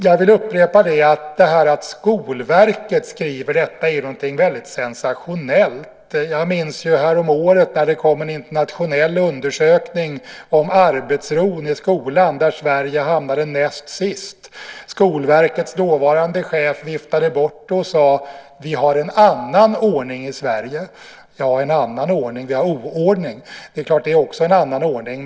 Jag vill upprepa att det faktum att Skolverket skriver detta är någonting väldigt sensationellt. Jag minns häromåret när det kom en internationell undersökning om arbetsron i skolan där Sverige hamnade näst sist. Skolverkets dåvarande chef viftade bort det och sade att vi har en annan ordning i Sverige. Ja, en annan ordning. Vi har oordning. Det är klart att det också är en annan ordning.